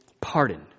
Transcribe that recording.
pardon